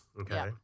okay